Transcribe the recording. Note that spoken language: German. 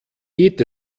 geht